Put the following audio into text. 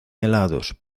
helados